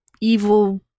evil